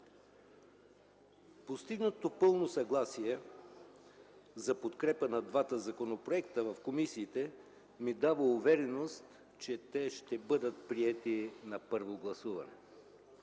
Постигнатото пълно съгласие за подкрепа на двата законопроекта в комисиите ми дава увереност, че те ще бъдат приети на първо гласуване.